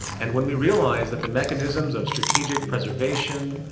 and when we realize that the mechanisms of strategic preservation,